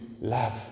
love